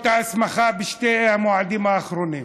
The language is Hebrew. ההסמכה בשני המועדים האחרונים.